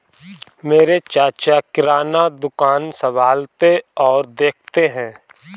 मेरे चाचा किराना दुकान संभालते और देखते हैं